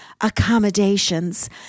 accommodations